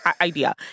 idea